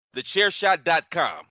TheChairShot.com